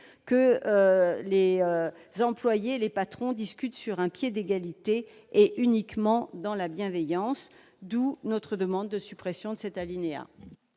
que les employées les patrons discutent sur un pied d'égalité, et uniquement dans la bienveillance d'où notre demande de suppression de cet alinéa.